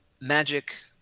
Magic